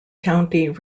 county